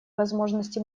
возможности